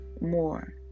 more